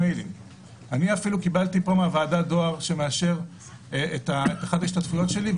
אני אפילו קיבלתי מהוועדה דואר שמאשר את אחת ההשתתפויות שלי,